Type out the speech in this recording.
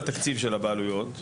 כמה זה לשכר מורים,